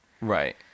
Right